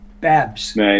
babs